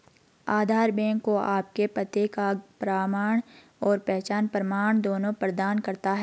आधार bank को आपके पते का प्रमाण और पहचान प्रमाण दोनों प्रदान करता है